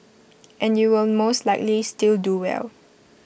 and you will most likely still do well